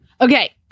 Okay